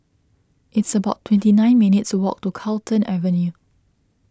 it's about twenty nine minutes' walk to Carlton Avenue